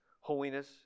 holiness